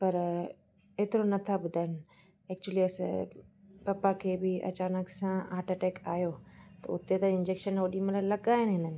पर एतिरो नथा ॿुधनि एक्चुअली असां पप्पा खे बि अचानक सां हार्ट अटैक आहियो त हुते त इंजैक्शन होॾीमहिल लॻाइनि हिननि